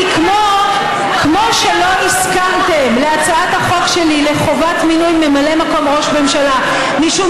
כמו שלא הסכמתם להצעת החוק שלי לחובת מינוי ממלא מקום ראש ממשלה משום